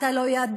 אתה לא ידעת,